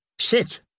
Sit